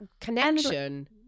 connection